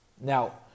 Now